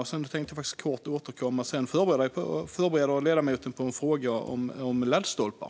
Jag vill också förbereda ledamoten på att jag i nästa replik kommer att ställa en fråga om laddstolpar.